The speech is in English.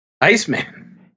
Iceman